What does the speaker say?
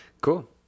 cool